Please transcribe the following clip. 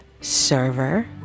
server